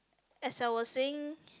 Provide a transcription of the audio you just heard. as I was saying